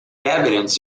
evidence